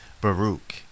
Baruch